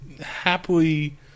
happily